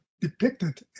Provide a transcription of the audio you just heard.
depicted